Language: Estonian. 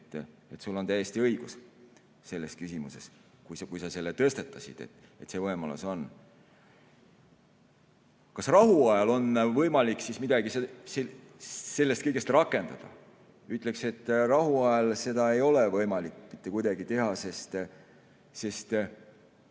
Sul on täiesti õigus selles küsimuses, kui sa selle tõstatasid: see võimalus on. Kas rahuajal on võimalik midagi sellest kõigest rakendada? Ütleksin, et rahuajal seda ei ole võimalik mitte kuidagi teha.